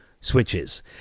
switches